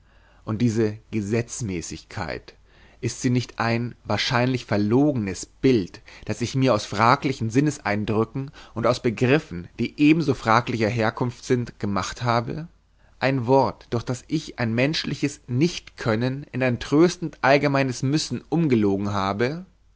und diese gesetzmäßigkeit ist sie nicht ein wahrscheinlich verlogenes bild das ich mir aus fraglichen sinneseindrücken und aus begriffen die ebenso fraglicher herkunft sind gemacht habe ein wort durch das ich ein menschliches nicht können in ein tröstend allgemeines müssen umgelogen habe